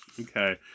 Okay